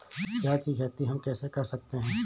प्याज की खेती हम कैसे कर सकते हैं?